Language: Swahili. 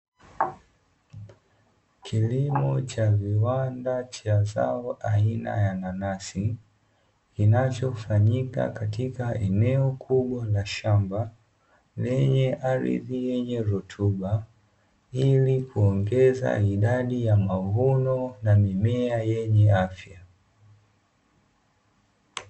Kilimo cha viwanda cha zao aina ya nanasi, kinachofanyika katika eneo kubwa la shamba, lenye ardhi yenye rutuba ili kuongeza idadi ya mavuno na mimea yenye afya.